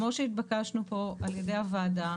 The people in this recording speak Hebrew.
כמו שהתבקשנו פה על ידי הוועדה,